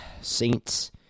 Saints